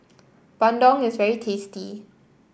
Bandung is very tasty